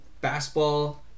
basketball